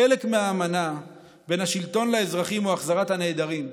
חלק מהאמנה בין השלטון לאזרחים הוא החזרת הנעדרים.